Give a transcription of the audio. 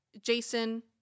Jason